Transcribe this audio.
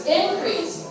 increase